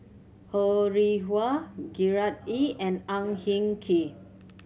Ho Rih Hwa Gerard Ee and Ang Hin Kee